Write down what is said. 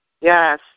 Yes